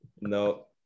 no